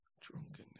Drunkenness